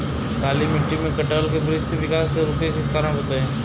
काली मिट्टी में कटहल के बृच्छ के विकास रुके के कारण बताई?